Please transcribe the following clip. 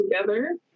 together